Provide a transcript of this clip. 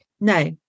No